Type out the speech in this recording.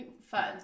fun